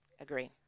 Agree